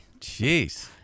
Jeez